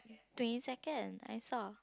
twenty second I saw